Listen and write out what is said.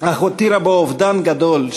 אך הותירה בו אובדן גדול,